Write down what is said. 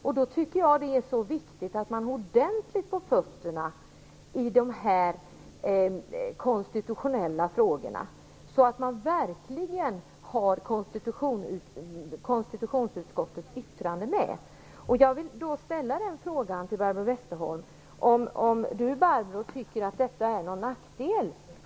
Jag tycker att det är viktigt att man har ordentligt på fötterna i de här konstitutionella frågorna och verkligen har med ett yttrande från konstitutionsutskottet. Jag vill till Barbro Westerholm ställa frågan om hon tycker att detta är en nackdel.